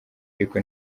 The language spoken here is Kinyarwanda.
ariko